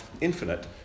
infinite